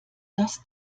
das